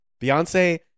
Beyonce